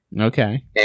Okay